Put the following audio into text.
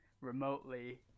remotely